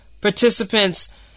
participants